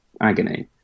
agony